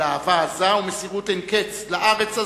של אהבה עזה ומסירות אין קץ לארץ הזאת,